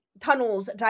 tunnels